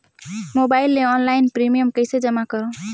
Mobile ले online premium कइसे जमा करों?